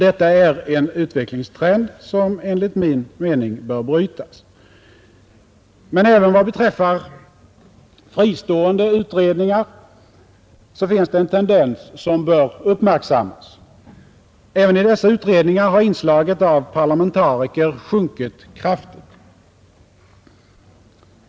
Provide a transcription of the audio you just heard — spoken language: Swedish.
Detta är en utvecklingstrend som enligt min mening bör brytas. Men även vad beträffar fristående utredningar finns det en tendens som bör uppmärksammas. Även i dessa utredningar har inslaget av parlamentariker sjunkit kraftigt.